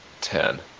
ten